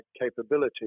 capability